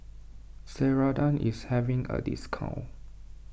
Ceradan is having a discount